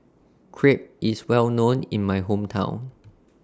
Crepe IS Well known in My Hometown